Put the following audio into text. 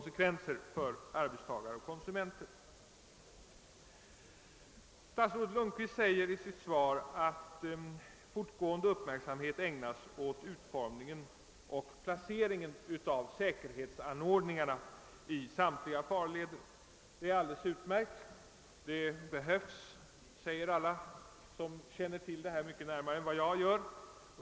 Statsrådet Lundkvist säger i sitt svar att »fortgående uppmärksamhet ägnas åt utformningen och placeringen av säkerhetsanordningarna i samtliga farleder». Det är alldeles utmärkt. Det behövs, säger alla som känner till saken mycket närmare än jag.